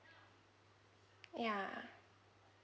ya